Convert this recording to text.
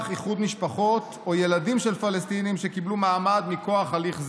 איחוד משפחות או ילדים של פלסטינים שקיבלו מעמד מכוח הליך זה.